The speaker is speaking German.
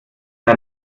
der